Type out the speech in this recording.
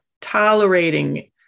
tolerating